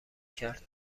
کرد